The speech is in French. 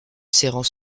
serrant